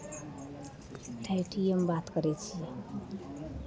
ठेठिएमे बात करै छियै